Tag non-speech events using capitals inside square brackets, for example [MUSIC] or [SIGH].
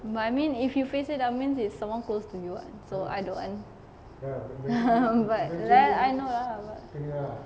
ya I mean if you face it I mean if someone close to you [what] so I don't want [LAUGHS] but [LAUGHS] I know lah but